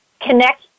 connect